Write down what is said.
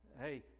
Hey